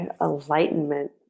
Enlightenment